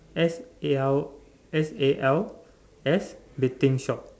S A L S A L S betting shop